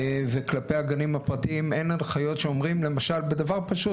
וכלפי הגנים הפרטיים אין הנחיות שאומרים למשל בדבר פשוט,